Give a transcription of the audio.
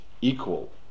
equal